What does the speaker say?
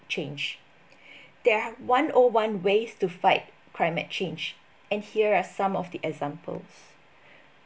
change there one o one ways to fight climate change and here are some of the examples